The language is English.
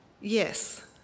Yes